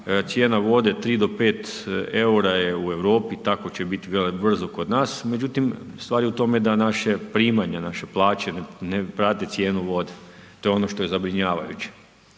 cijena vode 3 do 5 eura je u Europi, tako će biti vrlo brzo kod nas. Međutim, stvar je u tome da naša primanja, naše plaće ne prate cijenu vode. To je ono što je zabrinjavajuće